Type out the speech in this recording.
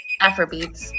Afrobeats